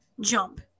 jump